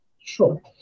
Sure